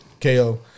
KO